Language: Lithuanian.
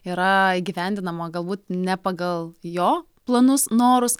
yra įgyvendinama galbūt ne pagal jo planus norus